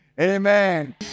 amen